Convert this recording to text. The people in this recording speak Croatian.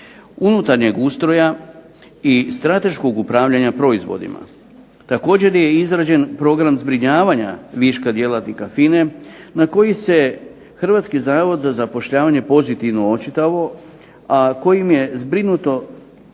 unutarnjeg ustroja i strateškog upravljanja proizvodima. Također je i izrađen Program zbrinjavanja viška djelatnika FINA-e na koji se Hrvatski zavod za zapošljavanje pozitivno očitovao, a kojim je zbrinuto